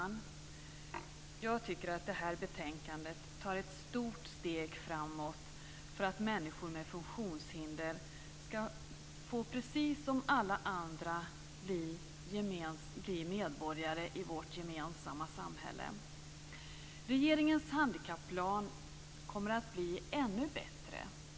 Fru talman! Jag tycker att det här betänkandet betyder ett stort steg framåt för att människor med funktionshinder ska, precis som alla andra, få bli medborgare i vårt gemensamma samhälle. Regeringens handikapplan kommer att bli ännu bättre.